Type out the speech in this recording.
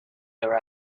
her